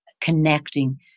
connecting